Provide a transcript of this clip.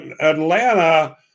Atlanta